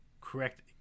correct